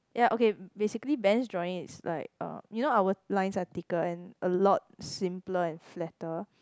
ya okay basically Ben's drawing is like uh you know our lines are thicker and a lot simpler and flatter